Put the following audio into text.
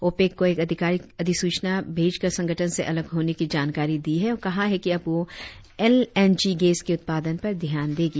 OPEC को एक अधिकारिक अधिसूचना भेजकर संगठन से अलग होने की जानकारी दी है और कहा है कि अब वह एल एन जी गैस के उत्पादन पर ध्यान देगा